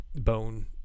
bone